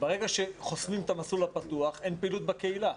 ברגע שחוסמים את המסלול הפתוח, אין פעילות בקהילה.